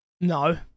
No